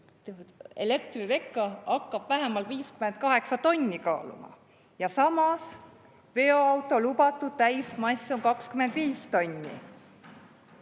elektrireka hakkab vähemalt 58 tonni kaaluma. Samas on veoauto lubatud täismass 25 tonni.